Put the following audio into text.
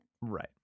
right